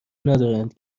ندارند